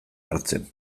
hartzen